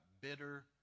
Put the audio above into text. bitter